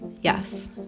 yes